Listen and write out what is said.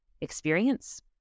experience